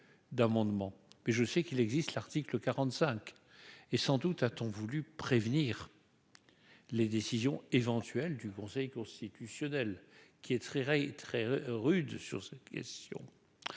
mais je sais qu'il existe, l'article 45 et sans doute a-t-on voulu prévenir les décisions éventuelles du Conseil constitutionnel, qui est très, très rude sur cette question